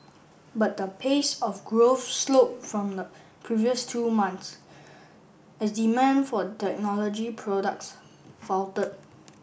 but the pace of growth slowed from the previous two months as demand for technology products faltered